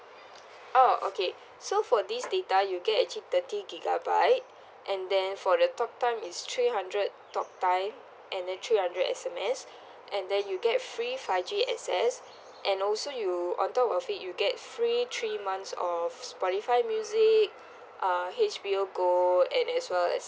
oh okay so for this data you get actually thirty gigabyte and then for the talk time is three hundred talk time and then three hundred S_M_S and then you get free five G access and also you on top of it you get free three months of Spotify music uh H_B_O gold and as well as